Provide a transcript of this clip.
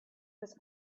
was